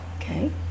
Okay